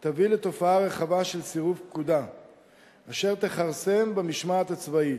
תביא לתופעה רחבה של סירוב פקודה אשר תכרסם במשמעת הצבאית,